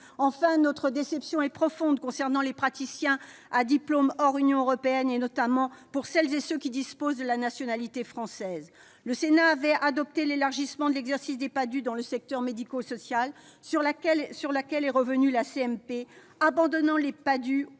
Enfin, notre déception est profonde concernant les praticiens à diplôme hors Union européenne, notamment pour celles et ceux qui disposent de la nationalité française. Le Sénat avait adopté l'élargissement de l'exercice des Padhue dans le secteur médico-social, sur lequel est revenue la commission mixte